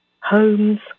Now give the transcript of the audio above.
homes